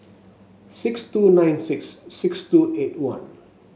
six two nine six six two eight one